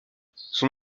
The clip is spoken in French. son